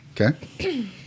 Okay